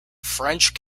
french